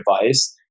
device